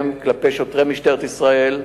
אני לא שר המשפטים.